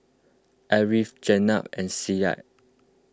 Ariff Jenab and Syed